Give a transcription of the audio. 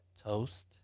toast